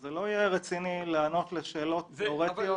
זה לא יהיה רציני לענות לשאלות תיאורטיות.